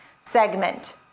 segment